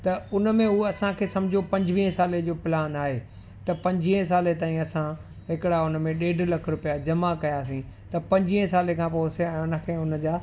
त उन में उहो असांखे सम्झो पंजवीहे साले जो प्लान आहे पंजवीहे साले ताईं असां हिकिड़ा हुन में ॾेढ लख रुपया जमा कयासीं त पंजवीहे साले खां पोइ असे उन खे उन जा